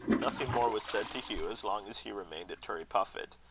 nothing more was said to hugh as long as he remained at turriepuffit.